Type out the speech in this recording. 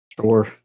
Sure